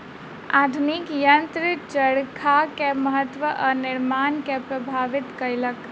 आधुनिक यंत्र चरखा के महत्त्व आ निर्माण के प्रभावित केलक